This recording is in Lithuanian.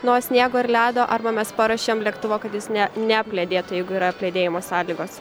nuo sniego ir ledo arba mes paruošiam lėktuvą kad jis ne neapledėtų jeigu yra apledėjimo sąlygos